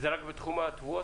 זה רק בתחום התבואות?